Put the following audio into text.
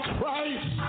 Christ